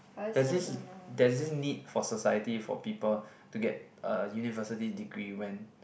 there's this there's this need for society for people to get uh university degree when